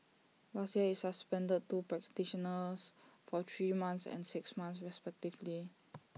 last year IT suspended the two practitioners for three months and six months respectively